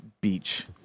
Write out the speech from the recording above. beach